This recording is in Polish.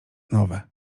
nowe